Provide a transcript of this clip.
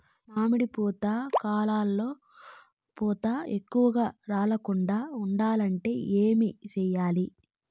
మామిడి పూత కాలంలో పూత ఎక్కువగా రాలకుండా ఉండాలంటే ఏమి చెయ్యాలి?